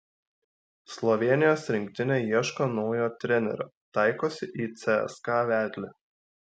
slovėnijos rinktinė ieško naujo trenerio taikosi į cska vedlį